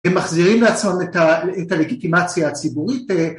הם מחזירים לעצמם את הלגיטימציה הציבורית